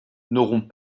n’auront